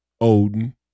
Odin